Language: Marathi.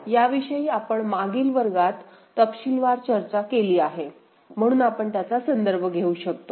याविषयी आपण मागील वर्गात तपशीलवार चर्चा केली आहे म्हणून आपण त्याचा संदर्भ घेऊ शकतो